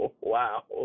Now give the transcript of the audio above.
Wow